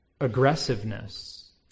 aggressiveness